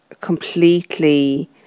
completely